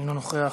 אינו נוכח,